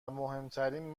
مهمترین